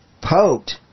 poked